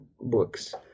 books